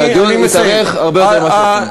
כי הדיון התארך הרבה יותר ממה שרצינו.